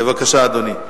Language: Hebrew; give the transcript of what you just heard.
בבקשה, אדוני.